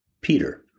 Peter